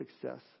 success